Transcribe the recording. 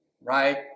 right